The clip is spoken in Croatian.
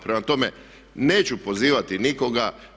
Prema tome, neću pozivati nikoga.